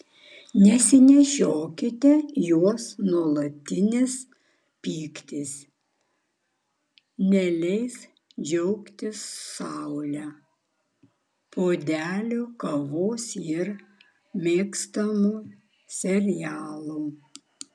nesinešiokite jos nuolatinis pyktis neleis džiaugtis saule puodeliu kavos ir mėgstamu serialu